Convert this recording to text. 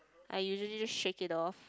I usually just shake it off